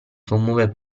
commuove